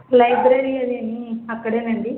library అదీ అక్కడేనండి